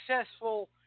successful